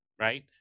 right